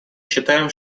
считаем